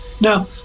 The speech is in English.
Now